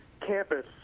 campus